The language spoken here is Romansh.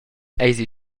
eisi